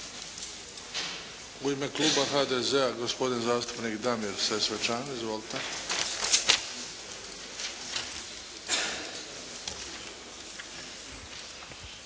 U ime Kluba HDZ-a, gospodin zastupnik Damir Sesvečan. Izvolite.